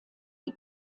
die